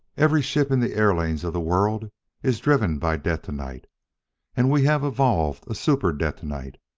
every ship in the airlanes of the world is driven by detonite and we have evolved a super-detonite.